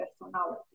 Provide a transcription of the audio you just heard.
personality